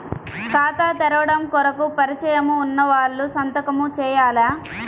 ఖాతా తెరవడం కొరకు పరిచయము వున్నవాళ్లు సంతకము చేయాలా?